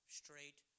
straight